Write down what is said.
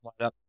lineup